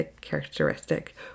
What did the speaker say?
characteristic